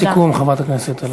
משפט סיכום, חברת הכנסת אלהרר.